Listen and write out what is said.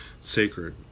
sacred